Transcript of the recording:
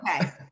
Okay